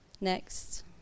Next